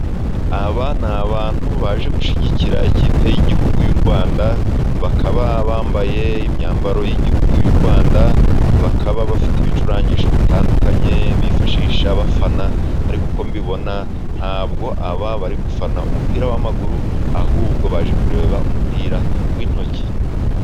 Aba ni abantu baje gushyigikira ikipe y'igihugu y'u Rwanda. Bakaba bambaye imyambaro y'igihugu cy'u Rwanda. Bakaba bafite ibicurangisho bitandukanye bifashisha bafana. Ariko uko mbibona ntabwo aba bari gufana umupira w'amaguru ahubwo baje kureba umupira w'intoki.